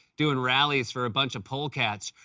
doing rallies for a bunch of polecats.